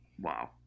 Wow